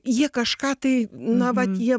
jie kažką tai na vat jie